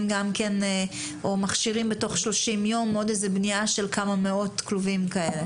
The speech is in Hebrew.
או מכשירים בתוך 30 ימים עוד איזו בנייה של כמה מאות כלובים כאלה.